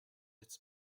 its